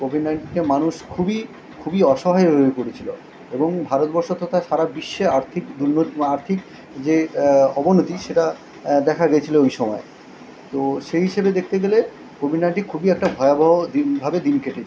Covid নাইন্টিনে মানুষ খুবই খুবই অসহায় হয়ে পড়েছিলো এবং ভারতবর্ষ তথা সারা বিশ্বে আর্থিক দুর্নো আর্থিক যে অবনতি সেটা দেখা গেছিলো ওই সময়ে তো সেই হিসেবে দেকতে গেলে কোভিড নাইন্টি খুবই একটা ভয়াবহ দিন ভাবে দিন কেটেছিলো